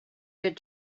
good